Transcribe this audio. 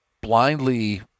blindly